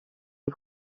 est